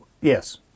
Yes